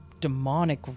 demonic